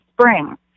spring